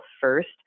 first